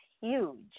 huge